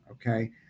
Okay